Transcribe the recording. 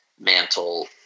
mantle